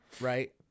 right